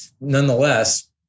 nonetheless